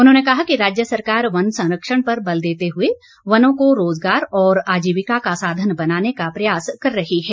उन्होंने कहा कि राज्य सरकार वन संरक्षण पर बल देते हुए वनों को रोजगार और आजीविका का साधन बनाने का प्रयास कर रही है